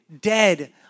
dead